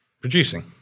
producing